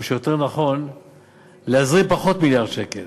או יותר נכון להזרים פחות מיליארד שקל.